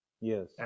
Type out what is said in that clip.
Yes